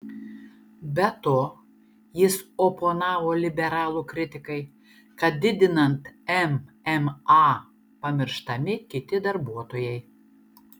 be to jis oponavo liberalų kritikai kad didinant mma pamirštami kiti darbuotojai